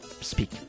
speak